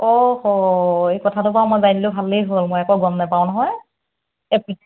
অ'হ' এই কথাটো বাৰু মই জানিলোঁ ভালেই হ'ল মই আকৌ গম নেপাওঁ নহয়